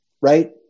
right